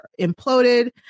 imploded